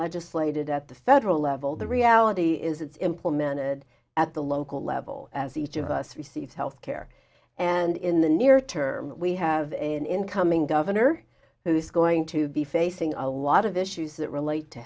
legislated at the federal level the reality is it's implemented at the local level as each of us receives health care and in the near term we have an incoming governor who's going to be facing a lot of issues that relate to